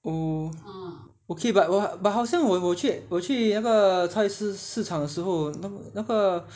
oh okay but but but 好像我我我我去那个菜市市场的时候那那个